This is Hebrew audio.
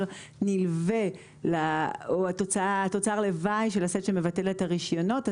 נלווה או תוצר לוואי של הסט שמבטל את הרישיונות.